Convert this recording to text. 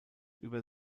über